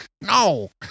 No